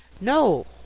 No